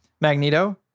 Magneto